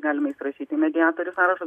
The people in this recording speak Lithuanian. galima įsirašyti į mediatorių sąrašą